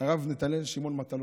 הרב נתנאל שמעון מטלון.